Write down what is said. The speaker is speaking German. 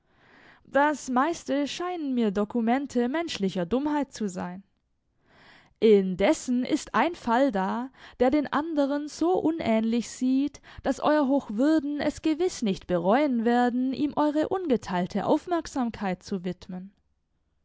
das meiste scheinen mir dokumente menschlicher dummheit zu sein indessen ist ein fall da der den andern so unähnlich sieht daß euer hochwürden es gewiß nicht bereuen werden ihm eure ungeteilte aufmerksamkeit zu widmen